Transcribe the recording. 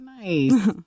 Nice